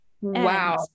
wow